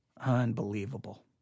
Unbelievable